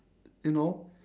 you know